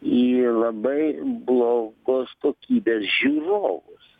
į labai blogos kokybės žiūrovus